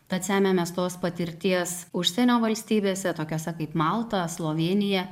tad semiamės tos patirties užsienio valstybėse tokiose kaip malta slovėnija